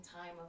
time